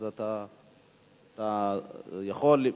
אתה יכול.